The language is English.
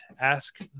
Ask